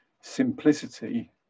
simplicity